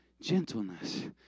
gentleness